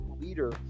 leader